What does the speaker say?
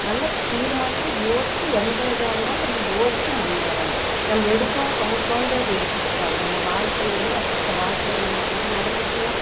நல்ல தீர்மானமாக யோசித்து எந்த இதாக இருந்தாலும் நம்ம யோசித்து முன்னேறணும் நம் எடுத்தோம் கவுத்தோங்கிறது இருக்கக்கூடாது நம்ம வாழ்க்கைங்கிறது அப்படித்தான் வாழ்க்கையில் நம்மளுக்கு இது நடந்துச்சுன்னா